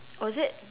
oh is it